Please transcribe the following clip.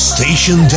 Station